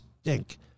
stink